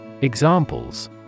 Examples